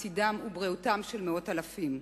עתידם ובריאותם של מאות אלפים.